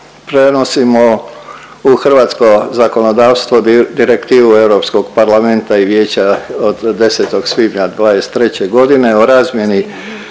prenosimo u hrvatsko zakonodavstvo Direktivu Europskog parlamenta i vijeća od 10. svibnja '23.g. o razmjeni